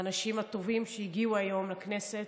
האנשים הטובים שהגיעו היום לכנסת,